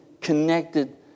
connected